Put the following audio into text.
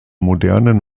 modernen